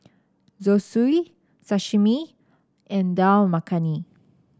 Zosui Sashimi and Dal Makhani